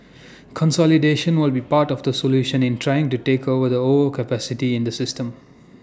consolidation will be part of the solution in trying to take over the overcapacity in the system